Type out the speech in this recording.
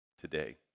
today